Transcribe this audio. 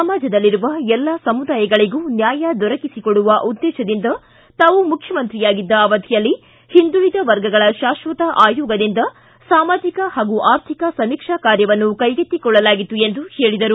ಸಮಾಜದಲ್ಲಿರುವ ಎಲ್ಲಾ ಸಮುದಾಯಗಳಿಗೂ ನ್ಕಾಯ ದೊರಕಿಸಿಕೊಡುವ ಉದ್ದೇಶದಿಂದ ತಾವು ಮುಖ್ಯಮಂತ್ರಿಯಾಗಿದ್ದ ಅವಧಿಯಲ್ಲಿ ಹಿಂದುಳಿದ ವರ್ಗಗಳ ಶಾಶ್ವತ ಆಯೋಗದಿಂದ ಸಾಮಾಜಿಕ ಪಾಗೂ ಆರ್ಥಿಕ ಸಮೀಕ್ಷಾ ಕಾರ್ಯವನ್ನು ಕೈಗೆತ್ತಿಕೊಳ್ಳಲಾಗಿತ್ತು ಎಂದರು